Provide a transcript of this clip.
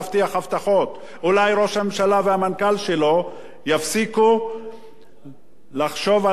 והמנכ"ל שלו יפסיקו לחשוב על האוכלוסייה הזאת כלא רלוונטית.